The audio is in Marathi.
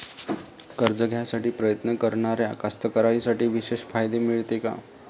कर्ज घ्यासाठी प्रयत्न करणाऱ्या कास्तकाराइसाठी विशेष फायदे मिळते का?